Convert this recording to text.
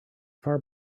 far